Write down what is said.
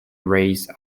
raise